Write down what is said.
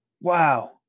Wow